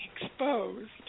exposed